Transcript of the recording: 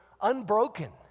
unbroken